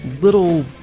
little